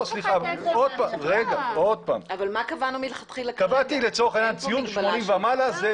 לצורך העניין קבעתי ציון 80 ומעלה.